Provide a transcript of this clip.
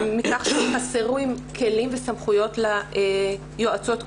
מכך שחסרים כלים וסמכויות ליועצות,